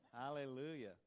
Hallelujah